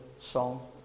song